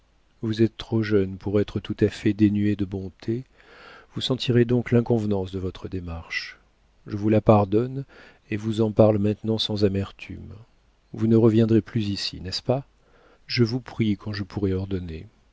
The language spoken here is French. vous êtes trop jeune pour être tout à fait dénué de bonté vous sentirez donc l'inconvenance de votre démarche je vous la pardonne et vous en parle maintenant sans amertume vous ne reviendrez plus ici n'est-ce pas je vous prie quand je pourrais ordonner